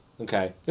Okay